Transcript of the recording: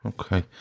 Okay